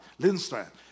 Lindstrand